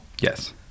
yes